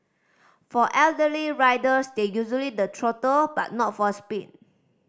for elderly riders they the throttle but not for speed